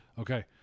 Okay